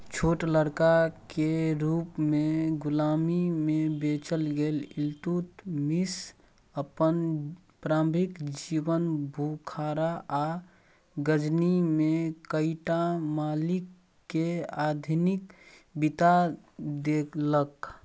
छोट लड़काके रूपमे गुलामीमे बेचल गेल ईल्तुतमिश अपन प्रारम्भिक जीवन बुखारा आ गजनीमे कए टा मालिकके अधीन बिता देलक